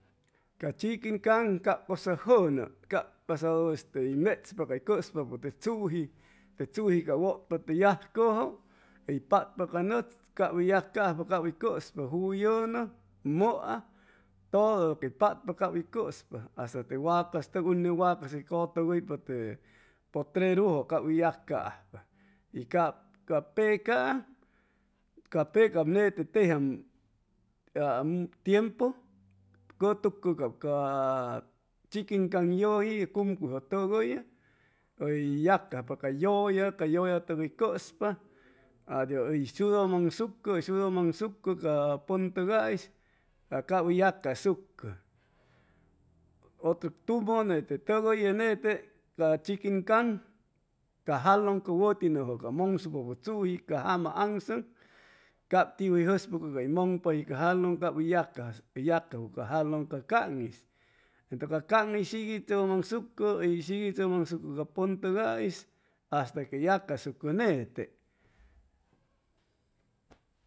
Ca chiquin caŋ cap cʉsa jʉnʉn cap pasadu este hʉy mechpa cay cʉspapʉ te tzuji te tzuji tecap wʉtpa te yajcʉjʉ hʉy patpa ca nʉtz cap hʉy yacajpa cap hʉy cʉspa juyʉnʉ, mʉa todo lo que hʉy patpa cap hʉy cʉspa hasta te wacastʉg ene wacas hʉy cʉtʉgʉypa te potrerujʉ cap hʉy yacajpa y cap ca pecaam ca pecam nete tejiam tiempu cʉtucʉ cap ca chiquin caŋ yʉji cucuyjʉ tʉgʉyʉ hʉy yaajpa ca yʉlla ca yʉllatʉg hʉy cʉspa adios hʉy shudʉmaŋsucʉ shudʉmaŋsuco ca pʉntʉgais a cap hʉy yacasucʉ otro tumʉ nete tʉgʉyʉ nete ca chiquin caŋ ca jalʉn ca jalʉn ca wʉti nʉjʉ ca mʉŋsucʉpʉ tzu ca jama aŋsʉŋ cap tijwʉ hʉy jʉspʉcʉ cay mʉnpaji ca jalʉn cap hʉy yacajwʉ ca jalʉŋ ca caŋ'is entʉ ca caŋ hʉy siguichʉgʉmaŋsucʉ siguichʉgʉmaŋsucʉ ca pʉntʉgais hasta que yacasucʉ nete